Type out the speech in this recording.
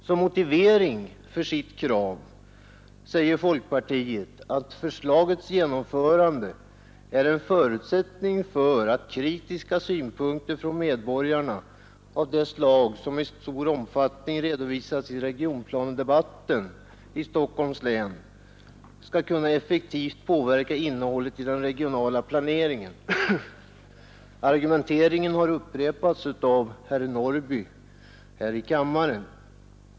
Som motivering för sitt krav anger folkpartiet att förslagets genomförande är en förutsättning för att kritiska synpunkter från medborgarna av det slag som i stor omfattning redovisats i regionplanedebatten i Stockholms län skall kunna effektivt påverka innehållet i den regionala planeringen. Argumenteringen har upprepats av herr Norrby i Åkersberga här i kammaren.